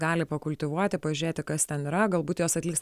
gali pakultivuoti pažiūrėti kas ten yra galbūt jos atliks